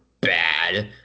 bad